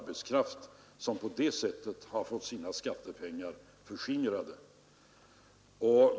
Det här har jag varit så irriterad över 1 deceimbel1972. sina ska BDeRaDE örskingrade.